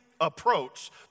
approach